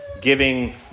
giving